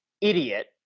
idiot